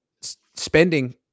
spending